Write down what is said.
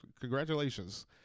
congratulations